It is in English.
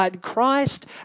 Christ